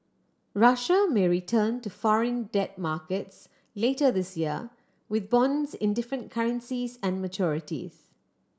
Russia may return to foreign debt markets later this year with bonds in different currencies and maturities